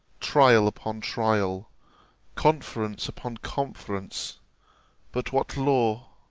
trial upon trial conference upon conference but what law,